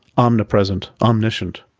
omnipresent, omniscient,